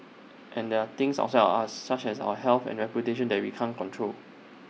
and there are things outside of us such as our health and reputation that we can't control